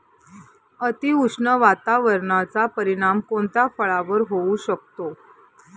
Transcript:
अतिउष्ण वातावरणाचा परिणाम कोणत्या फळावर होऊ शकतो?